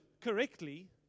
correctly